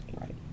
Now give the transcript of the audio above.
Right